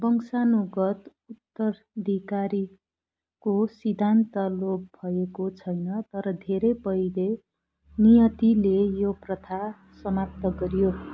वंशानुगत उत्तराधिकारको सिद्धान्त लोप भएको छैन तर धेरै पहिले नियतिले यो प्रथा समाप्त गऱ्यो